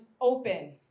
open